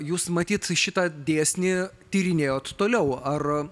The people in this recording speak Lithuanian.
jūs matyt šitą dėsnį tyrinėjot toliau ar